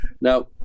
now